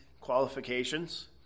qualifications—